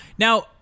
Now